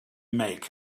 make